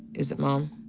is it mom